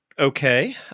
Okay